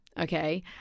okay